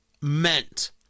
meant